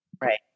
Right